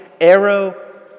arrow